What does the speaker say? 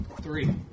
Three